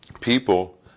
people